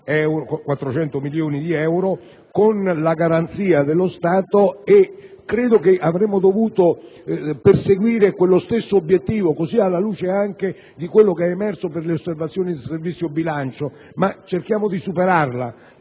400 milioni di euro con la garanzia dello Stato. Credo che avremmo dovuto perseguire quello stesso obiettivo, anche alla luce di quanto è emerso dalle osservazioni del Servizio bilancio. Cerchiamo di superare